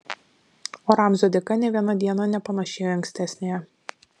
o ramzio dėka nė viena diena nepanašėjo į ankstesniąją